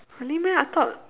really meh I thought